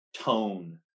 tone